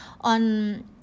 on